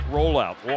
Rollout